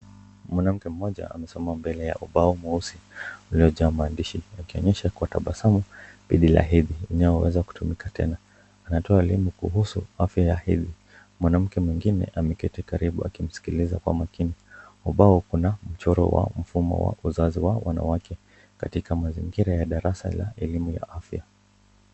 Mwanamke moja amesimama mbele ya ubao mweusi uliojaa akionyesha tabasabu dhidi la hedhi inaoweza kutumika tena, anatoa elimu kuhusu afya ya hedhi. Mwanamke mwingi ameketi akimsikiliza kwa makini, ubao kuna mchoro wa mfumo wa uzazi wa wanawake katika mazingira wa darasa la elimu ya afya.